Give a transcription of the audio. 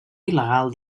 il·legal